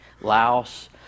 Laos